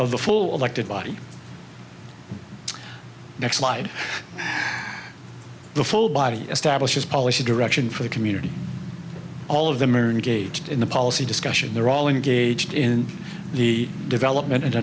of the full elected body next slide the full body establishes policy direction for the community all of them are engaged in the policy discussion they're all engaged in the development